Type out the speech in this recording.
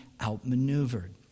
outmaneuvered